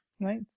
Right